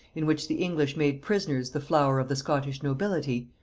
in which the english made prisoners the flower of the scottish nobility,